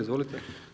Izvolite.